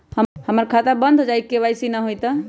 हमर खाता बंद होजाई न हुई त के.वाई.सी?